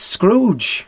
Scrooge